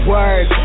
Words